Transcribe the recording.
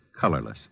colorless